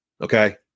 Okay